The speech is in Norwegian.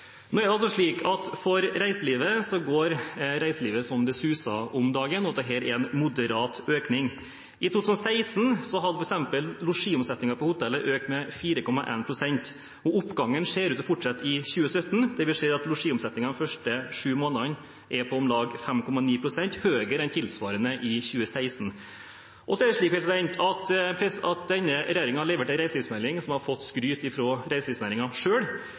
Nå er det slik at reiselivet går så det suser om dagen, og dette er en moderat økning. I 2016 økte f.eks. losjiomsetningen på hoteller med 4,1 pst. Oppgangen ser ut til å fortsette i 2017. Det vi ser, er at losjiomsetningen de første sju månedene er om lag 5,9 pst. høyere enn tilsvarende i 2016. Denne regjeringen har levert en reiselivsmelding som har fått skryt fra reiselivsnæringen selv. Det er også slik at i statsbudsjettet har